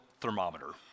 thermometer